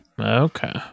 Okay